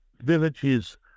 villages